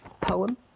poem